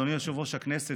אדוני יושב-ראש הישיבה,